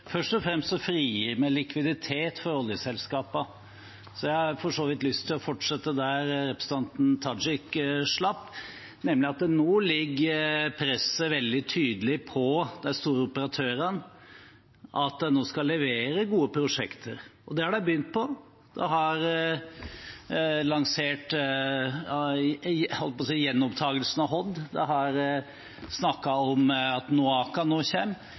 Først og fremst frigir vi likviditet for oljeselskapene. Jeg har lyst til å fortsette der representanten Tajik slapp, ved å si at nå ligger presset veldig tydelig på de store operatørene for at de skal levere gode prosjekter – og det har de begynt på. De har lansert en gjenopptakelse av Hod-feltet, og de har snakket om at NOAKA-feltet nå